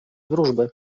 wróżby